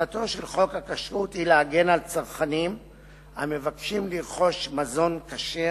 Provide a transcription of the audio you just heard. מטרתו של חוק הכשרות היא להגן על צרכנים המבקשים לרכוש מזון כשר